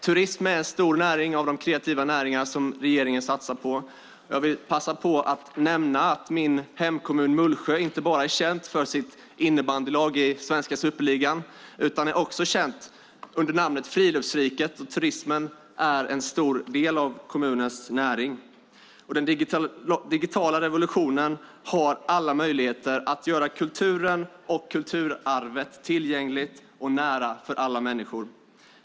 Turism är en stor näring av de kreativa näringar som regeringen satsar på, och jag vill passa på att nämna att min hemkommun Mullsjö inte bara är känd för sin innebandylag i svenska superligan utan också känd under namnet Friluftsriket. Turismen är en stor del av kommunens näring. Den digitala revolutionen har alla möjligheter att göra kulturen och kulturarvet tillgängligt och nära för alla människor.